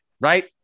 right